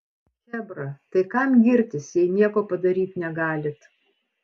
chebra tai kam girtis jei nieko padaryt negalit